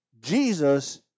Jesus